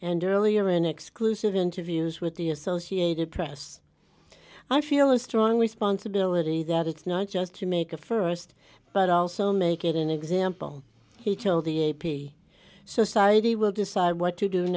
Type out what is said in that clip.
and earlier an exclusive interviews with the associated press i feel a strong responsibility that it's not just to make a st but also make it an example he told the a p so sorry will decide what to do